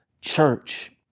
church